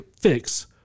fix